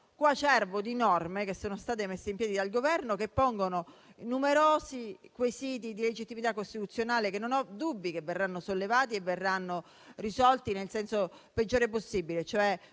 coacervo di norme messo in piedi dal Governo, che pone numerosi quesiti di legittimità costituzionale, che non ho dubbi verranno sollevati e risolti nel senso peggiore possibile, cioè